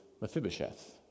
Mephibosheth